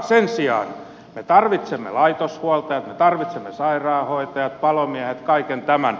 sen sijaan me tarvitsemme laitoshuoltajat sairaanhoitajat palomiehet kaiken tämän